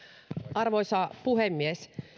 arvoisa puhemies